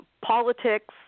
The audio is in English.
politics